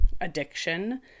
addiction